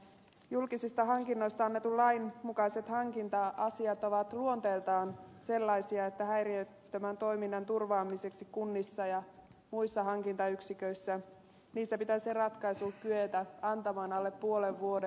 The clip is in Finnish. julkisista hankinnoista annetun lain mukaiset hankinta asiat ovat luonteeltaan sellaisia että häiriöttömän toiminnan turvaamiseksi kunnissa ja muissa hankintayksiköissä niissä pitäisi ratkaisu kyetä antamaan alle puolen vuoden